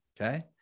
Okay